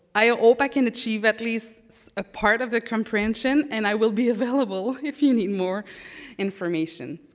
i ah hope i can achieve at least a part of the comprehension and i will be available if you need more information.